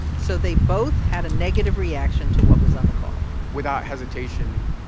so they both had a negative reaction to what was on the call without hesitation,